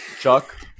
Chuck